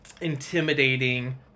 intimidating